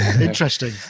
Interesting